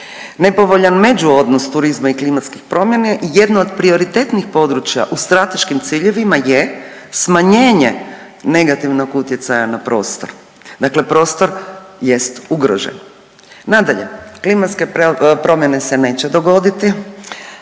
nepovoljan međuodnos turizma i klimatskih promjena. Jedno je od prioritetnih područja u strateškim ciljevima je smanjenje negativnog utjecaja na prostor, dakle prostor jest ugrožen. Nadalje, klimatske promjene se neće dogoditi,